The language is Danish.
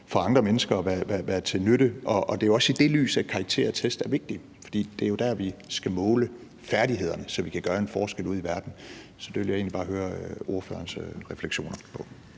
for andre mennesker og være til nytte. Og det er jo også i det lys, at karakterer og test er vigtige, for det er jo der, vi skal måle færdighederne, så vi kan gøre en forskel ude i verden. Så det vil jeg egentlig bare høre ordførerens refleksioner